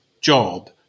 job